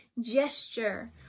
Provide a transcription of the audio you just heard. gesture